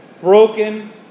broken